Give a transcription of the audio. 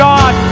God